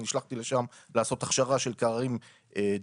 נשלחתי לשם לעשות הכשרה של קררים דליקים.